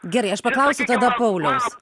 gerai aš paklausiu tada paulius